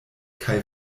kaj